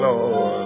Lord